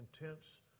intense